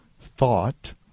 thought